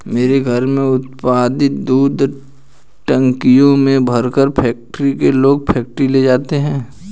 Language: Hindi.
मेरे घर में उत्पादित दूध टंकियों में भरकर फैक्ट्री के लोग फैक्ट्री ले जाते हैं